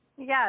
Yes